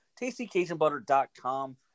TastyCajunButter.com